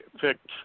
picked